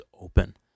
open